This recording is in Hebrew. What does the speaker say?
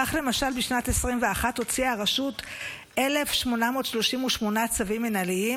כך למשל בשנת 2021 הוציאה הרשות 1,838 צווים מינהליים,